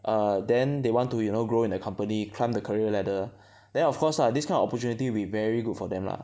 uh then they want to you know grow in the company climb the career ladder then of course lah this kind of opportunity will be very good for them lah